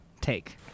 take